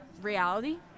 reality